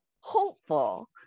hopeful